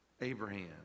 abraham